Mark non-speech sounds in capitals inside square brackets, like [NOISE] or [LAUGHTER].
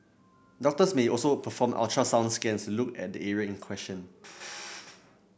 doctors may also perform ultrasound scans look at the area in question [NOISE]